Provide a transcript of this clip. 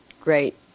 great